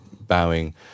bowing